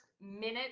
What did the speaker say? minute